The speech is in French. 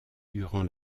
durant